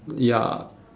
ya